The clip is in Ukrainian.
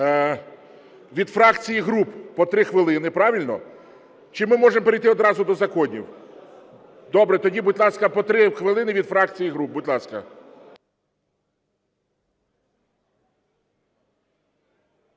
від фракцій і груп по три хвилини. Правильно? Чи ми можемо перейти одразу до законів? Добре. Тоді, будь ласка, по три хвилини від фракцій і груп. Будь ласка.